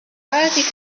articles